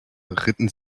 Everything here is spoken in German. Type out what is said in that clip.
ritten